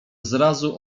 zrazu